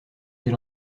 elle